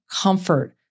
comfort